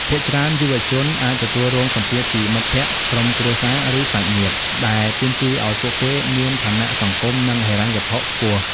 ភាគច្រើនយុវជនអាចទទួលរងសម្ពាធពីមិត្តភក្តិ ក្រុមគ្រួសារ ឬសាច់ញាតិ ដែលទាមទារឱ្យពួកគេមានឋានៈសង្គម និងហិរញ្ញវត្ថុខ្ពស់។